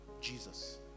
Jesus